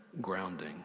grounding